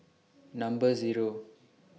Number Zero